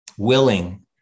Willing